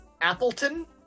Appleton